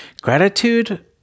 Gratitude